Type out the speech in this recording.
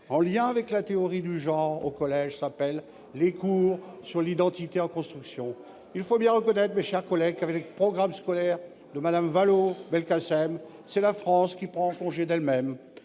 en lien avec la théorie du genre actuellement dispensés au collège s'appellent « les cours sur l'identité en construction ». Il faut bien reconnaître, mes chers collègues, que, avec les programmes scolaires de Mme Vallaud-Belkacem, c'est la France qui prend congé d'elle-même